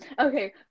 Okay